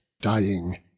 dying